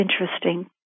interesting